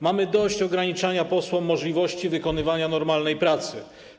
Mamy dość ograniczania posłom możliwości wykonywania normalnej pracy.